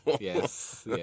Yes